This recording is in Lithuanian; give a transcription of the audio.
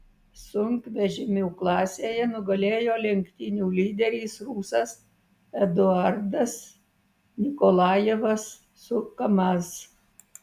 sunkvežimių klasėje nugalėjo lenktynių lyderis rusas eduardas nikolajevas su kamaz